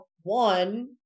one